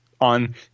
On